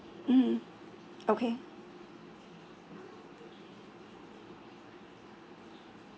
mm okay